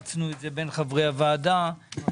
אנחנו הפצנו את זה בין חברי הוועדה ואם